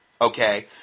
okay